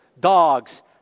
dogs